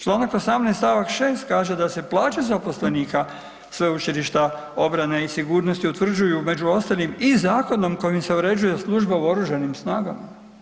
Čl. 18. st. 6. kaže da se plaće zaposlenika Sveučilišta obrane i sigurnosti utvrđuju među ostalim i zakonom kojim se uređuje služba u oružanim snagama.